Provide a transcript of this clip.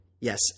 Yes